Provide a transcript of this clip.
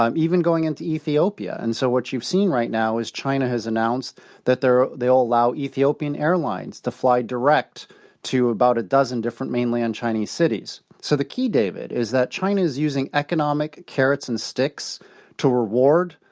um even going into ethiopia. and so what you've seen right now is china has announced that they will allow ethiopian airlines to fly direct to about a dozen different mainland chinese cities. so the key, david, is that china is using economic carrots and sticks to reward,